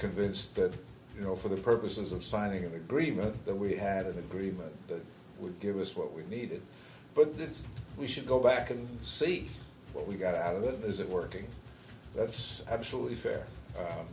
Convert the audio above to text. convinced that you know for the purposes of signing an agreement that we had an agreement that would give us what we needed but that we should go back and see what we got out of it is it working yes absolutely